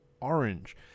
orange